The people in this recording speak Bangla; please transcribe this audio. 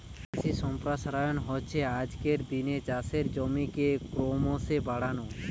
কৃষি সম্প্রসারণ হচ্ছে আজকের দিনে চাষের জমিকে ক্রোমোসো বাড়ানো